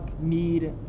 need